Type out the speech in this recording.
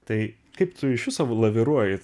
tai kaip tu iš viso laviruoji